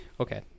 Okay